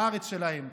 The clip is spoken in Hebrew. בארץ שלהם.